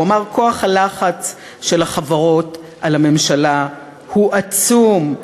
הוא אמר: כוח הלחץ של החברות על הממשלה הוא עצום.